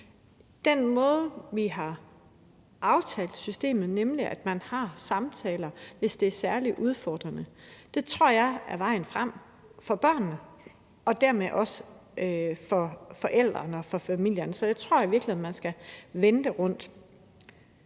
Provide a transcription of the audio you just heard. Den måde, vi har indrettet systemet på, nemlig at man har samtaler, hvis det er særlig udfordrende, tror jeg er vejen frem for børnene og dermed også for forældrene og for familierne. Så jeg tror i virkeligheden, man skal vende det rundt.